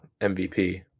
MVP